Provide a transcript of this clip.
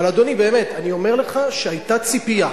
אבל, אדוני, באמת, אני אומר לך שהיתה ציפייה,